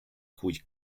cui